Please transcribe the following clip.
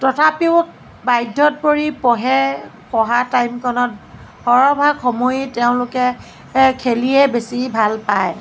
তথাপিও বাধ্যত পৰি পঢ়ে পঢ়াৰ টাইমকনত সৰহভাগ সময় তেওঁলোকে খেলিয়েই বেছি ভাল পায়